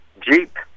Jeep